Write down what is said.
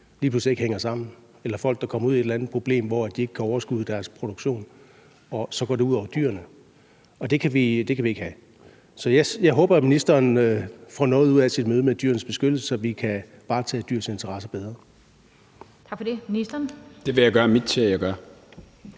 lige pludselig ikke hænger sammen, eller folk, der kommer ud i et eller andet problem, hvor de ikke kan overskue deres produktion, og så går det ud over dyrene. Og det kan vi ikke have. Så jeg håber, at ministeren får noget ud af sit møde med Dyrenes Beskyttelse, så vi kan varetage dyrs interesser bedre. Kl. 17:58 Den fg. formand (Annette Lind): Tak for